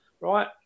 Right